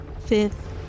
fifth